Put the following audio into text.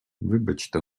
вибачте